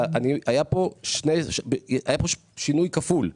היה פה שינוי כפול,